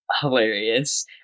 hilarious